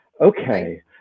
okay